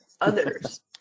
others